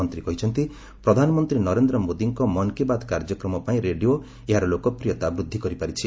ମନ୍ତ୍ରୀ କହିଛନ୍ତି ପ୍ରଧାନମନ୍ତ୍ରୀ ନରେନ୍ଦ୍ର ମୋଦିଙ୍କ ମନ୍ କି ବାତ୍ କାର୍ଯ୍ୟକ୍ରମ ପାଇଁ ରେଡିଓ ଏହାର ଲୋକପ୍ରିୟତା ବୃଦ୍ଧି କରିପାରିଛି